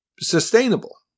sustainable